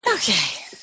Okay